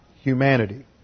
humanity